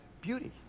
Beauty